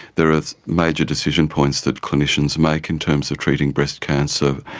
there are major decision points that clinicians make in terms of treating breast cancer,